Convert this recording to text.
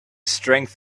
strength